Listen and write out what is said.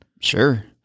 Sure